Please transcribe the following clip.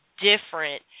different